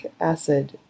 acid